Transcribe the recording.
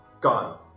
gone